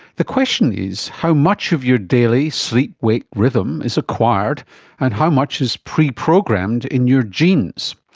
the question is, how much of your daily sleep wake rhythm is acquired and how much is pre-programmed in your genes?